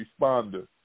responder